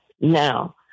Now